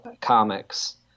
comics